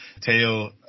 Teo